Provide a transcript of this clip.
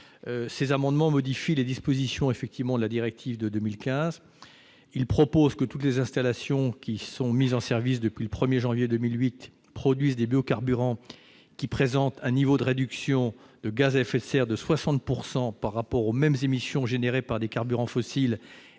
qui tendent à modifier les dispositions de la directive de 2015, visent à faire en sorte que toutes les installations mises en service depuis le 1janvier 2008 produisent des biocarburants présentant un niveau de réduction de gaz à effet de serre de 60 % par rapport aux mêmes émissions générées par des carburants fossiles,